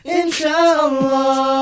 inshallah